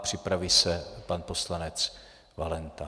Připraví se pan poslanec Valenta.